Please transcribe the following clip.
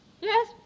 Yes